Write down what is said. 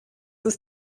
ist